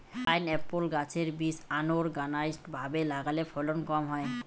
pineapple গাছের বীজ unorganised ভাবে লাগালে ফলন কম হয়